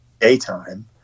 Daytime